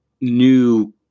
new